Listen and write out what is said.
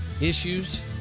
issues